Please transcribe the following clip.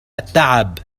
التعب